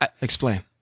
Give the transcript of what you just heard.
Explain